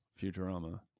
Futurama